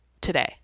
today